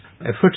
Efforts